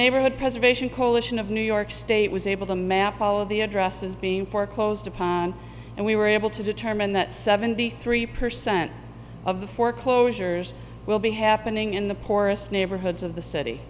neighborhood preservation coalition of new york state was able to map all of the addresses being foreclosed upon and we were able to determine that seventy three percent of the foreclosures will be happening in the poorest neighborhoods of the city